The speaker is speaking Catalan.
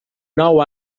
nou